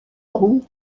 grande